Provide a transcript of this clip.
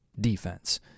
defense